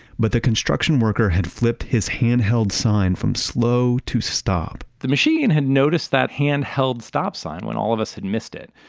but the construction worker had flipped his handheld sign from slow to stop the machine had noticed that handheld stop sign when all of us had missed it,